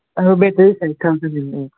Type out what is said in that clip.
আৰু battery seven thousand M A x